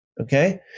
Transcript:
Okay